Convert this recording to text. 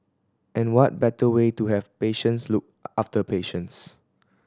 and what better way to have patients look after patients